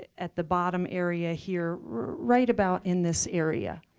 at the bottom area here right about in this area.